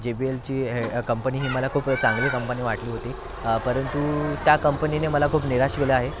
जे B LC company ही मला खूप चांगली कंपनी वाटली होती परंतु त्या कंपनीने मला खूप निराश केलं आहे